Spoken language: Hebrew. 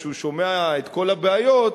כשהוא שומע את כל הבעיות,